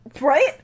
Right